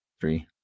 three